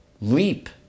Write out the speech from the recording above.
leap